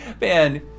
man